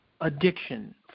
addiction